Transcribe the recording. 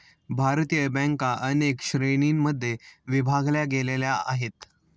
भारतीय बँका अनेक श्रेणींमध्ये विभागल्या गेलेल्या आहेत